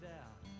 out